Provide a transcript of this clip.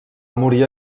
morir